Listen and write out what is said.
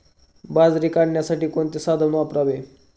बाजरी काढण्यासाठी कोणते साधन वापरावे?